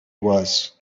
was